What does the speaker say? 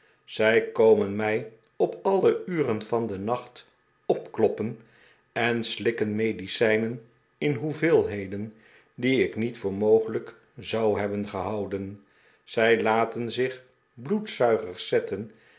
zij komen mij op alle uren van den nacht opkloppen en slikken medicijnen in hoeveelheden die ik niet voor mogelijk zou hebben gehouden zij laten zich bloedzuigers zetten